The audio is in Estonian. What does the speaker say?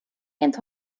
ent